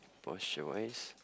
posture wise